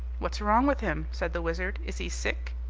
what's wrong with him? said the wizard is he sick?